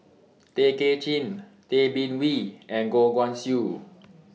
Tay Kay Chin Tay Bin Wee and Goh Guan Siew